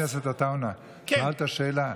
חבר הכנסת עטאונה, שאלת שאלה.